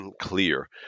clear